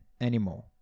anymore